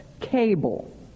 cable